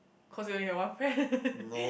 cause you only have one friend